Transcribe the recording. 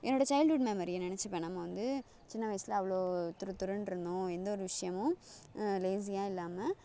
என்னோடய சைய்ல்ட்வுட் மெமரியை நினச்சுப்பேன் நம்ம வந்து சின்ன வயசில் அவ்வளோ துருத்துருனு இருந்தோம் எந்த ஒரு விஷயமும் லேஸியாக இல்லாமல்